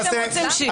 הקשבנו לה.